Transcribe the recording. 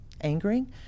angering